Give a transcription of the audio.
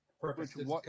perfect